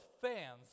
fans